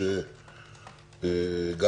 בוקר טוב לכולם, אני מתכבד לפתוח את הישיבה.